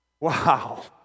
Wow